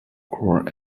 core